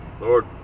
Lord